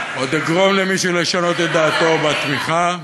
עוד אגרום למישהו לשנות את דעתו בתמיכה.